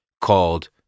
called